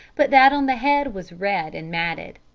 but that on the head was red and matted.